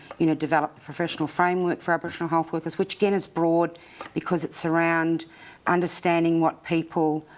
you know, developed a professional framework for aboriginal health workers, which, again, is broad because it's around understanding what people